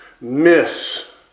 miss